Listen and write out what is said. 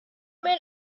man